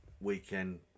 weekend